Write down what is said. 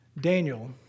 Daniel